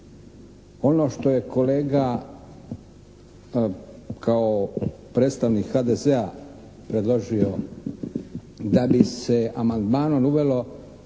Ono što je kolega kao predstavnik HDZ-a predložio da bi se amandmanom uvelo